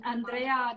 Andrea